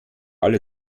alle